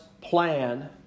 plan